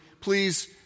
please